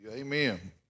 Amen